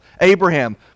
Abraham